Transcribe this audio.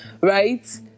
right